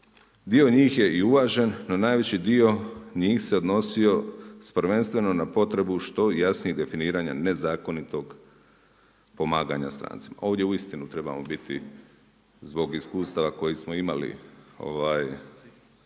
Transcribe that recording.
Dio njih je i uvažen, no najveći dio njih se odnosio prvenstveno na potrebu što jasnije definiranja nezakonitog pomaganja strancima. Ovdje uistinu trebamo biti, zbog iskustava koje smo imali,